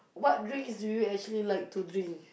what drinks do you actually like to drink